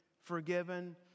forgiven